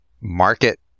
market